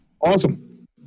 Awesome